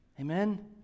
Amen